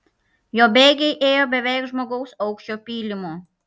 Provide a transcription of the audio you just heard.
jo bėgiai ėjo beveik žmogaus aukščio pylimu